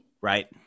right